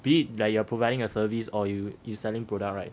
be it like you are providing a service or you you selling product right